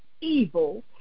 evil